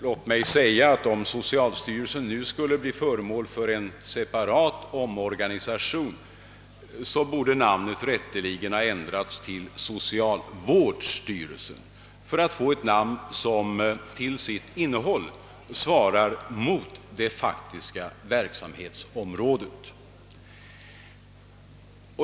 Låt mig säga att om socialstyrelsen nu skulle bli föremål för en separat omorganisation, borde namnet rätteligen ändras till socialvårdsstyrelsen, detta för att få ett namn som till sitt innehåll svarar mot det faktiska verksamhetsområdet.